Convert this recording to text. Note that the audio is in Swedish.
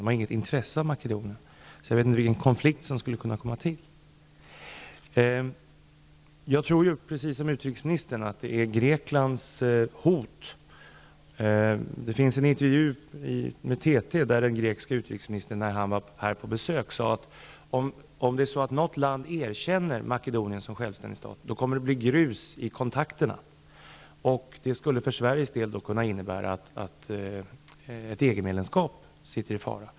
De har inget intresse av Jag tror, precis som utrikesministern, att det är Greklands hot som ligger bakom. I en TT-intervju sade den grekiske utrikesministern vid sitt besök här att om något land erkänner Makedonien som självständig stat kommer det att bli grus i kontakterna. Det skulle för Sveriges del kunna innebära att ett EG-medlemskap sitter i fara.